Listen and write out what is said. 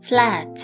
Flat